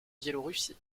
biélorussie